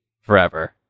forever